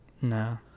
no